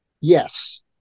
yes